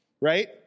right